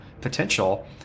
potential